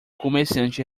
comerciante